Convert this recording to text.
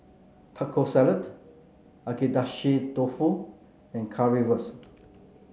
Taco Salad Agedashi Dofu and Currywurst